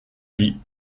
vie